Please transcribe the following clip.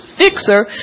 fixer